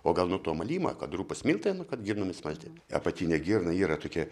o gal nuo to malimą kad rupūs miltai nu kad girnomis malti apatinė girna yra tokie